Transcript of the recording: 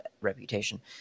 reputation